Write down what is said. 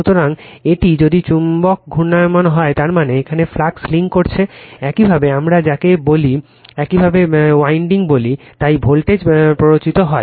সুতরাং এটি যদি চুম্বক ঘূর্ণায়মান হয় তার মানে এখানে ফ্লাক্স লিঙ্ক করছে একইভাবে আমরা যাকে বলি একইভাবে আমরা এই উইন্ডিংকে বলি তাই ভোল্টেজ প্ররোচিত হবে